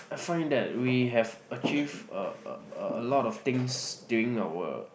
I find that we have achieved a a a a lot of things during our